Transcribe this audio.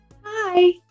Hi